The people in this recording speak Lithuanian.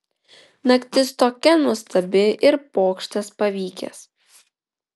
naktis tokia nuostabi ir pokštas pavykęs